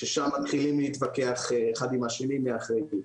ששם מתחילים להתווכח אחד עם השני מי אחרי מי.